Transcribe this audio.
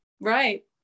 Right